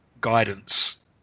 guidance